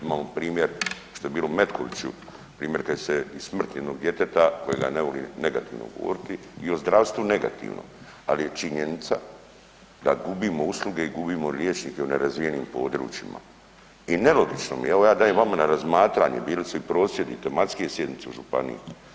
Imamo primjer što je bilo u Metkoviću, primjer kad je se i smrt jednog djeteta kojega ne volim negativno govoriti i o zdravstvu negativno, al je činjenica da gubimo usluge i gubimo liječnike u nerazvijenim područjima i nelogično mi je, evo ja dajem vama na razmatranje, bili su i prosvjedi tematske sjednice u županiji.